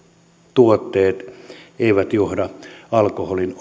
tuotteet eivät johda alkoholin